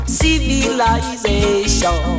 civilization